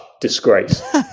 disgrace